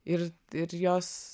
ir ir jos